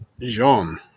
Jean